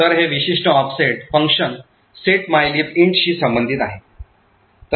तर हे विशिष्ट offset function set mylib int शी संबंधित आहे